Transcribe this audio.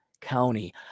County